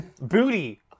Booty